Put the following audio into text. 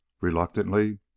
Reluctantly